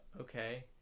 okay